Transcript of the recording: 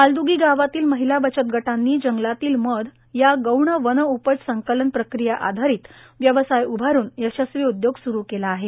मालदुगी गावातील महिला बचत गटांनी जंगलातील मध या गौन वन उपज संकलन प्रक्रिया आधारीत व्यवसाय उभारून यशस्वी उद्योग स्रू केला आहे